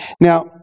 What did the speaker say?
Now